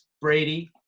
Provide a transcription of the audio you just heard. Brady